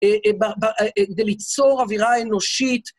כדי ליצור אווירה אנושית.